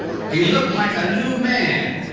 he looked like a new man,